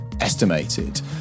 estimated